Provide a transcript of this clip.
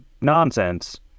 nonsense